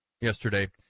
yesterday